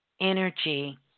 energy